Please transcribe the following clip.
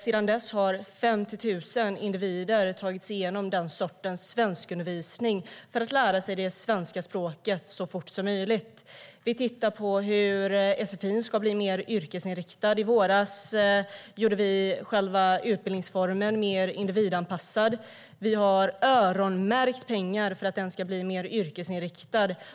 Sedan dess har 50 000 individer tagit sig igenom den sortens svenskundervisning för att lära sig det svenska språket så fort som möjligt. Vi tittar på hur sfi ska bli mer yrkesinriktat. I våras gjorde vi själva utbildningsformen mer individanpassad. Vi har öronmärkt pengar för att den ska bli mer yrkesinriktad.